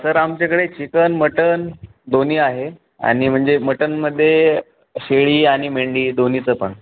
sir आमच्याकडे chicken mutton दोन्ही आहे आणि म्हणजे मटनमध्ये शेळी आणि मेंढी दोन्हीचं पण